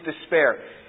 despair